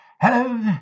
Hello